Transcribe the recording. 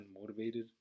motivated